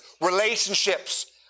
relationships